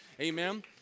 amen